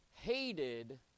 hated